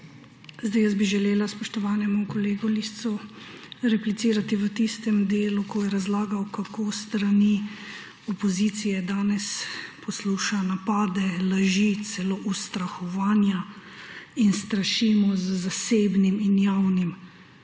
Jaz bi želela spoštovanemu kolegu Liscu replicirati v tistem delu, ko je razlagal, kako s strani opozicije danes posluša napade, laži, celo ustrahovanja, da strašimo z zasebnim in javnim.